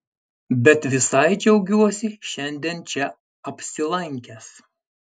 bet visai džiaugiuosi šiandien čia apsilankęs